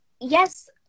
yes